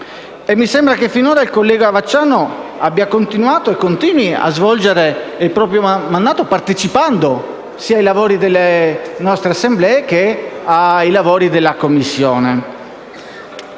mi sembra che finora il collega Vacciano abbia continuato e continui a svolgere il proprio mandato partecipando sia ai lavori dell'Assemblea che ai lavori della Commissione.